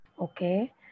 Okay